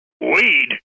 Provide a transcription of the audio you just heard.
Weed